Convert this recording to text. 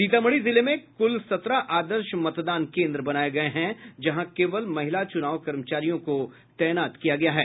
सीतामढ़ी जिले में क़ल सत्रह आदर्श मतदान केन्द्र बनाये गये हैं जहां केवल महिला चुनाव कर्मचारियों को तैनात किया गया है